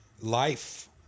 life